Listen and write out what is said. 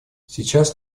сейчас